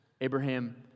Abraham